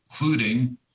including